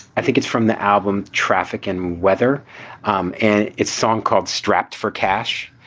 i think it's from the album. traffic and weather um and it's song called strapped for cash,